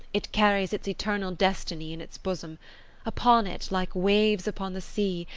it carries its eternal destiny in its bosom upon it, like waves upon the sea,